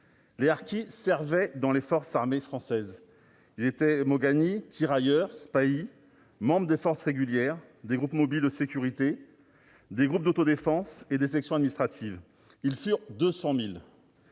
Les harkis servaient dans les forces armées françaises. Ils étaient moghaznis, tirailleurs, spahis, membres des forces régulières, des groupes mobiles de sécurité, des groupes d'autodéfense et des sections administratives. Ils furent 200 000.